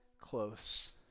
close